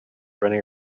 running